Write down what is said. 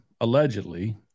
allegedly